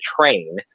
train